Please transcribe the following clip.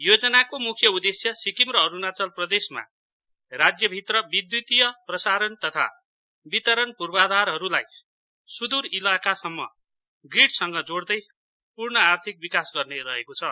योजनाको मुख्य उद्देश्य सिक्किम र अरुणाचल प्रदेशमा राज्यभित्र विद्दतीय प्रसारण तथा वितरण पूर्वाधारहरूलाई सुदूर इलाकासम्म ग्रिडसँग जोड्दै पूर्ण आर्थिक विकास गर्ने रहेको छ